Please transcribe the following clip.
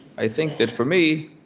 i think that, for me,